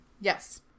Yes